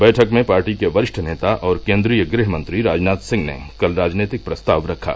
बैठक में पार्टी के वरिष्ठ नेता और केन्द्रीय गृहमंत्री राजनाथ सिंह ने कल राजनीतिक प्रस्ताव रखा